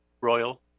Royal